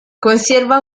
conserva